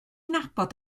nabod